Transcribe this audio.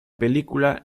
película